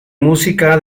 música